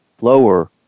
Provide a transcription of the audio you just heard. lower